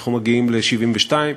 אנחנו מגיעים ל-72,